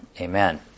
Amen